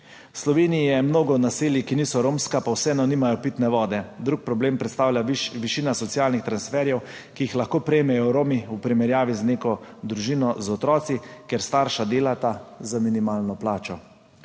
Sloveniji je mnogo naselij, ki niso romska, pa vseeno nimajo pitne vode. Drug problem predstavlja višina socialnih transferjev, ki jih lahko prejmejo Romi, v primerjavi z neko družino z otroki, kjer starša delata za minimalno plačo.